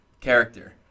Character